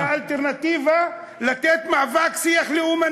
למי יש יותר את האלטרנטיבה לתת מאבק של שיח לאומני.